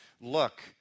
look